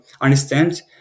understand